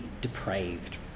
depraved